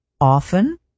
often